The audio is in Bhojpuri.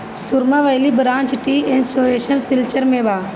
सुरमा valley branch tea association Silchar में बा